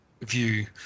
view